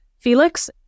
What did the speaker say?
Felix